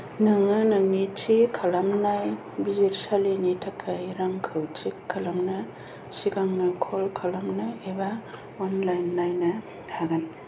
नोङो नोंनि थि खालामनाय बिजिरसालिनि थाखाय रांखौ थिख खालामनो सिगांनो कल खालानो एबा अनलाइन नायनो हागोन